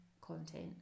content